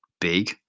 big